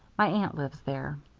my aunt lives there.